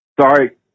Sorry